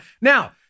Now